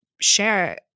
share